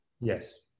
Yes